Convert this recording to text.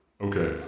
Okay